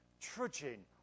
trudging